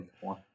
one